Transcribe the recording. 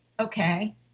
okay